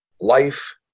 life